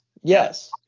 Yes